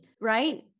right